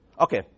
Okay